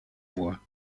voies